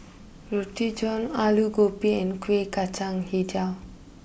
Roti John Aloo Gobi and Kuih Kacang Hijau